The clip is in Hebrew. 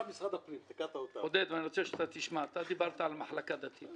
אתה דיברת על מחלקה דתית